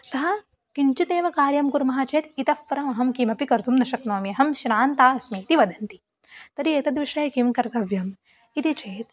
अतः किञ्चिदेव कार्यं कुर्मः चेत् इतः परम् अहं किमपि कर्तुं न शक्नोमि अहं श्रान्ता अस्मि इति वदन्ति तर्हि एतद् विषये किं कर्तव्यं इति चेत्